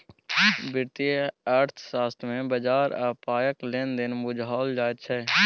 वित्तीय अर्थशास्त्र मे बजार आ पायक लेन देन बुझाओल जाइत छै